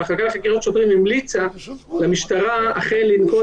המחלקה לחקירת שוטרים המליצה למשטרה אכן לנקוט